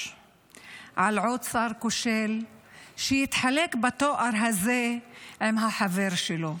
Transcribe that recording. על עוד שר כושל שהתחלק בתואר הזה עם החבר שלו,